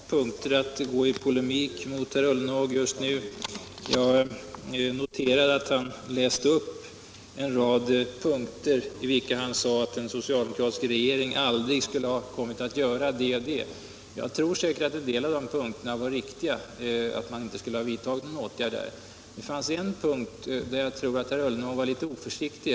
Herr talman! Jag skall inte i någon större utsträckning gå i polemik mot herr Ullenhag just nu. Jag noterar att herr Ullenhag läste upp en rad punkter på vilka han sade att en socialdemokratisk regering aldrig skulle ha kommit att göra det och det. Säkerligen är det riktigt att man på en del av dessa punkter inte skulle ha vidtagit någon åtgärd, men det fanns en punkt där jag tror att herr Ullenhag var litet oförsiktig.